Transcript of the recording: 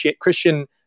Christian